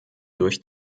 durch